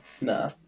Nah